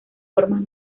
formas